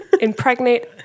impregnate